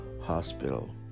hospital